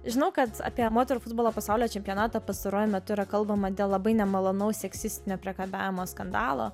žinau kad apie moterų futbolo pasaulio čempionatą pastaruoju metu yra kalbama dėl labai nemalonaus seksistinio priekabiavimo skandalo